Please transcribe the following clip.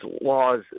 laws